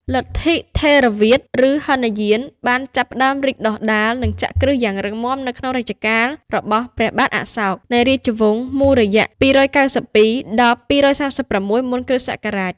លទ្ធិថេរវាទ ឬហីនយាន បានចាប់ផ្តើមរីកដុះដាល និងចាក់គ្រឹះយ៉ាងរឹងមាំនៅក្នុងរជ្ជកាលរបស់ ព្រះបាទអសោក នៃរាជវង្សមូរយៈ ២៩២-២៣៦ មុនគ.ស.។